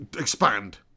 Expand